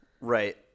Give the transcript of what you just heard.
Right